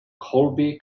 colby